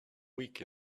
week